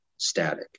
static